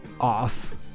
off